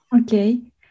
okay